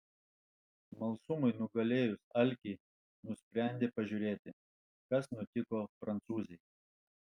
smalsumui nugalėjus alkį nusprendė pažiūrėti kas nutiko prancūzei